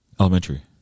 Elementary